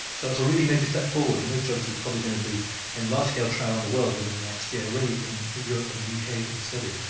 so it's a really major step forward and these drugs are probably going to be in large-scale trials around the world within the next year, ready in europe and the uk in study,